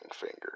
Finger